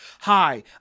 Hi